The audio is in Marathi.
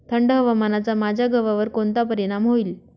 थंड हवामानाचा माझ्या गव्हावर कोणता परिणाम होईल?